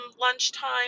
Lunchtime